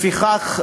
לפיכך,